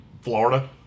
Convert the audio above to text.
Florida